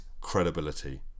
credibility